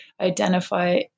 identify